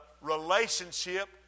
relationship